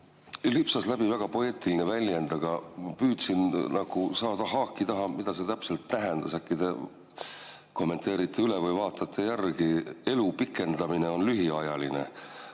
Lipsas läbi väga poeetiline väljend, püüdsin nagu saada haaki taha, mida see täpselt tähendas. Äkki te kommenteerite üle või vaatate järele? "Elu pikendamine on lühiajaline."